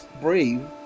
brave